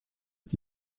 est